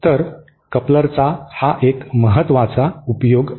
तर कपलरचा हा एक महत्त्वाचा उपयोग आहे